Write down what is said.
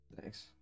Thanks